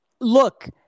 look